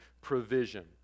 provision